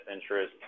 interest